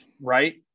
right